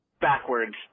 backwards